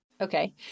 Okay